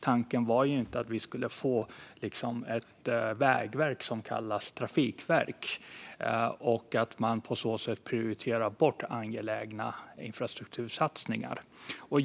Tanken var inte att vi skulle få ett vägverk som kallas trafikverk och att man på så sätt skulle prioritera bort angelägna infrastruktursatsningar.